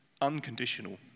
unconditional